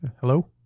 Hello